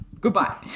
goodbye